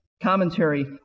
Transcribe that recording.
commentary